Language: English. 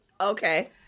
Okay